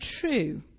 true